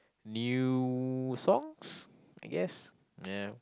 new songs I guess ya